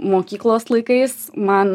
mokyklos laikais man